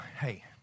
Hey